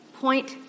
point